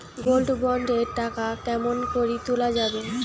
Gold bond এর টাকা কেমন করি তুলা যাবে?